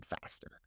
faster